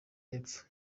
y’epfo